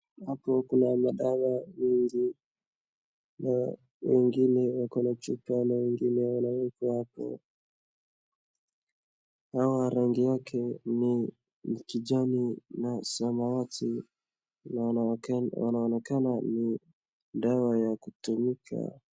Hapo kuna madawa mengi na wengine wako na chupa na wengine hawana wameweka hapo. Hawa rangi yake ni kijani na samawati na wanaonekana ni dawa ya kutumika.